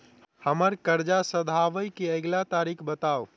हम्मर कर्जा सधाबई केँ अगिला तारीख बताऊ?